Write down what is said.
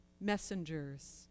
messengers